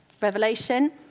Revelation